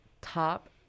top